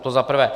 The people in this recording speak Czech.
To za prvé.